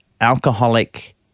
alcoholic